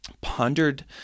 pondered